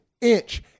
inch